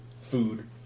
food